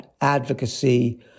advocacy